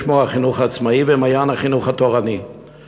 החינוך העצמאי ו"מעיין החינוך התורני";